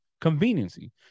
Conveniency